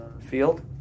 field